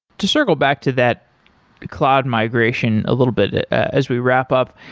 to circle back to that cloud migration a little bit as we wrap up,